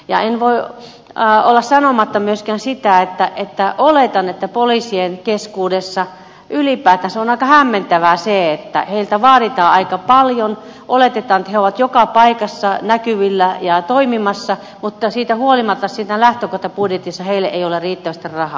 en voi olla sanomatta myöskään sitä että oletan että poliisien keskuudessa ylipäätänsä on aika hämmentävää se että heiltä vaaditaan aika paljon oletetaan että he ovat joka paikassa näkyvillä ja toimimassa mutta siitä huolimatta siinä lähtökohtabudjetissa heille ei ole riittävästi rahaa